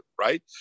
right